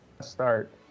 start